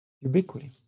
ubiquity